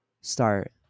start